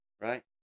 right